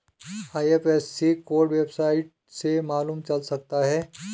IFSC code website से मालूम चल सकता है